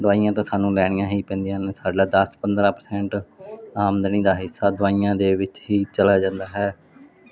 ਦਵਾਈਆਂ ਤਾਂ ਸਾਨੂੰ ਲੈਣੀਆਂ ਹੀ ਪੈਂਦੀਆਂ ਨੇ ਸਾਡਾ ਦਸ ਪੰਦਰਾਂ ਪਰਸੈਂਟ ਆਮਦਨੀ ਦਾ ਹਿੱਸਾ ਦਵਾਈਆਂ ਦੇ ਵਿੱਚ ਹੀ ਚਲਾ ਜਾਂਦਾ ਹੈ